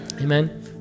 Amen